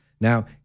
Now